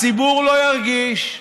הציבור לא ירגיש.